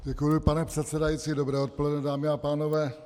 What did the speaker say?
Děkuji, pane předsedající, dobré odpoledne, dámy a pánové.